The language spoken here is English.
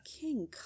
King